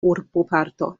urboparto